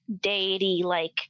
deity-like